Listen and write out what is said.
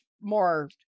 more